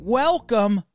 welcome